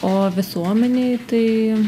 o visuomenei tai